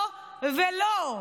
לא ולא.